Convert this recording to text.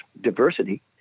diversity